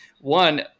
One